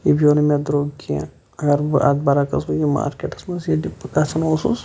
یہِ پیٚو نہٕ مےٚ دروٚگ کینٛہہ اَگَر بہٕ اَتھ بَرعکس گوٚو یہِ مارکیٚٹَس مَنٛز ییٚتہِ بہٕ گَژھان اوسُس